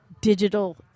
digital